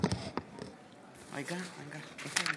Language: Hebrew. נא לשבת.